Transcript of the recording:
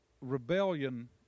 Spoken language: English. rebellion